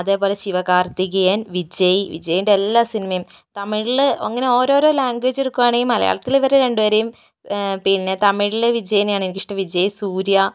അതേപോലെ ശിവ കാര്ത്തികേയന് വിജയ് വിജയിന്റെ എല്ലാ സിനിമയും തമിഴില് അങ്ങനെ ഓരോ ഓരോ ലാംഗ്വേജ് എടുക്കുകയാണെങ്കിൽ മലയാളത്തില് ഇവരെ രണ്ടുപേരെയും പിന്നെ തമിഴിൽ വിജയിനെ ആണ് എനിക്കിഷ്ടം വിജയ് സൂര്യ